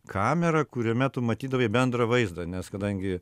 kamera kuriame tu matydavai bendrą vaizdą nes kadangi